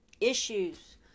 issues